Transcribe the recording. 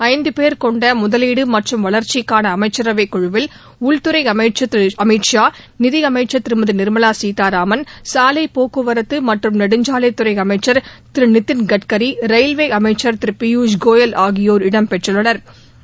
ஐந்து பேர் கொண்ட முதலீடு மற்றும் வளர்ச்சிக்கான அமைச்சரவை குழுவில் உள்துறை அமைச்சா் திரு அமித் ஷா நிதியமைச்சா் திருமதி நிா்மலா சீதாராமன் சாலைப் போக்குவரத்து மற்றும் நெடுஞ்சாலைத் துறை அமைச்சர் திரு நிதின் கட்கரி ரயில்வே அமைச்சா் திரு பியூஷ் கோயல் ஆகியோா் இடம்பெற்றுள்ளனா்